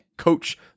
coach